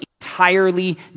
entirely